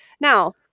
Now